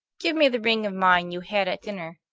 give me the ring of mine you had at dinner,